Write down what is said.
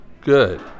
good